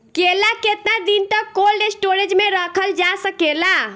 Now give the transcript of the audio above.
केला केतना दिन तक कोल्ड स्टोरेज में रखल जा सकेला?